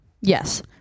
Yes